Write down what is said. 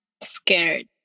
scared